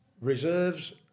reserves